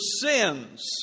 sins